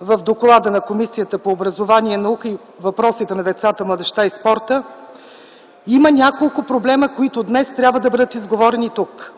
в Доклада на Комисията по образованието, науката и въпросите на децата, младежта и спорта има няколко проблема, които днес трябва да бъдат изговорени тук.